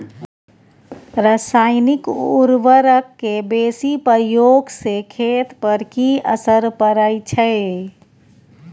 रसायनिक उर्वरक के बेसी प्रयोग से खेत पर की असर परै छै?